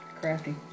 crafty